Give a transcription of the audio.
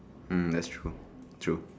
mm that's true true